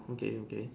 okay okay